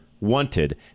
wanted